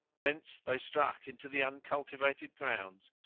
thence they struck into the uncultivated grounds,